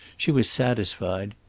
she was satisfied.